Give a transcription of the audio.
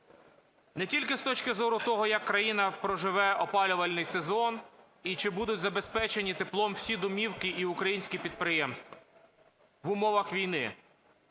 не тільки з точки зору того, як країна проживе опалювальний сезон і чи будуть забезпечені теплом всі домівки і українські підприємства в умовах війни,